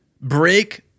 break